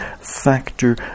factor